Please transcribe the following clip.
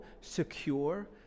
secure